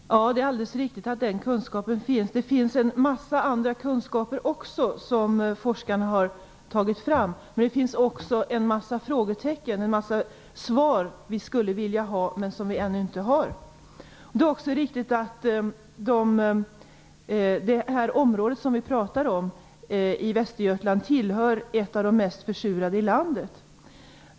Fru talman! Det är alldeles riktigt att den kunskapen finns. Det finns även en mängd annan kunskap som forskarna har tagit fram, men det finns också många frågetecken. Det finns svar som vi skulle vilja ha men som vi ännu inte har. Det är också riktigt att det område i Västergötland som vi talar om hör till de mest försurade i landet.